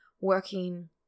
working